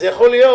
אז יכול להיות